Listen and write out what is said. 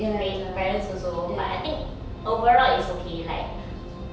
bad parents also but I think overall is okay like